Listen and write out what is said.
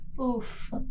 Oof